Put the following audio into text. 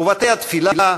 ובתי-התפילה,